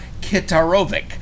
Kitarovic